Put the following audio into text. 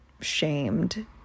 shamed